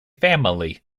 family